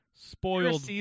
spoiled